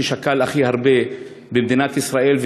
ששכל הכי הרבה במדינת ישראל,